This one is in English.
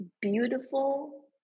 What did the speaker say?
beautiful